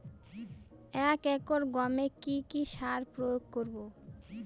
এক একর গমে কি কী সার প্রয়োগ করব?